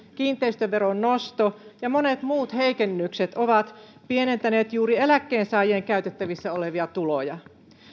kiinteistöveron nosto ja monet muut heikennykset ovat pienentäneet juuri eläkkeensaajien käytettävissä olevia tuloja